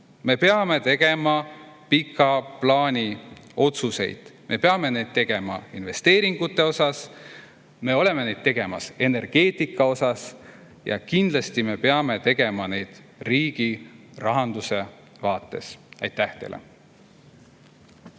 tegema pika plaani otsuseid. Me peame neid tegema investeeringute kohta, me oleme neid tegemas energeetika kohta ja kindlasti me peame neid tegema riigirahanduse vaates. Aitäh teile!